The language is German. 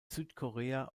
südkorea